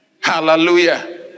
Hallelujah